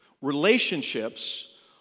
Relationships